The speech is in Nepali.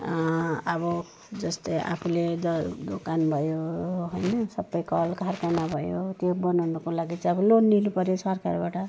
अब जस्तै आफूले द दोकान भयो होइन सबै कल कारखाना भयो त्यो बनाउनको लागि चाहिँ अब लोन लिनु पर्यो सरकारबाट